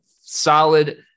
solid